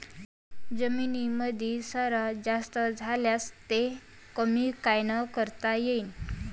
जमीनीमंदी क्षार जास्त झाल्यास ते कमी कायनं करता येईन?